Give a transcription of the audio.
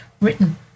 written